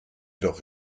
doch